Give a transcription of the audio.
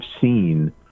seen